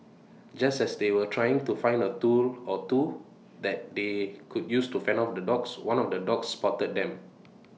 just as they were trying to find A tool or two that they could use to fend off the dogs one of the dogs spotted them